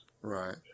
Right